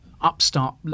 upstart